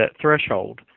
threshold